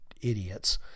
idiots